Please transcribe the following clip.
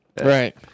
right